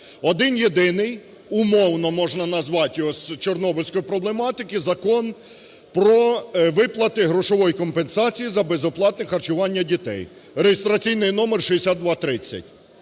Один-єдиний, умовно можна назвати його з чорнобильської проблематики: Закон про виплати грошової компенсації за безоплатне харчування дітей (реєстраційний номер 6230).